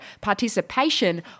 Participation